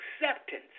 acceptance